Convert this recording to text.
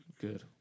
Good